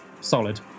solid